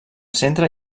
centre